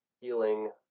healing